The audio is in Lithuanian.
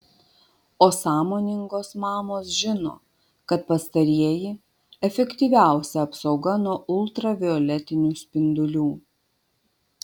o sąmoningos mamos žino kad pastarieji efektyviausia apsauga nuo ultravioletinių spindulių